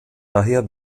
daher